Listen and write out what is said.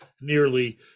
nearly